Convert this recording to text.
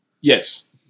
Yes